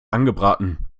angebraten